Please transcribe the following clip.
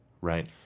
right